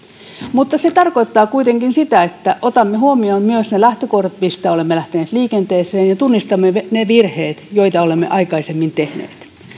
mutta se tarkoittaa kuitenkin sitä että otamme huomioon myös ne lähtökohdat mistä olemme lähteneet liikenteeseen ja tunnistamme ne virheet joita olemme aikaisemmin tehneet